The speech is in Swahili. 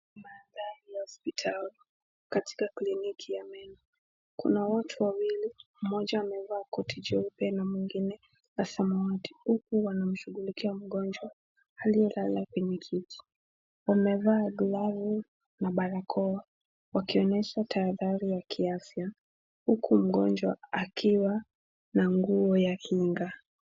Mandhari ya hospitali katika kliniki ya meno. Kuna watu wawili, mmoja amevaa koti jeupe na mwingine la samawati uku wanamshughulikia mgonjwa aliyelala kwenye kiti. Wamevaa glavu na barakoa wakionyesha tahadhari ya kiafya uku mgonjwa akiwa na nguo ya kinga.